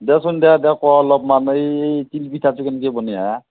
দিয়াচোন দিয়া দিয়া কোৱা অলপমান এই এই তিল পিঠাটো কেনেকে বনাই হা